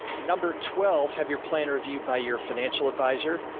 number twelve, have your planner view by your financial advisor?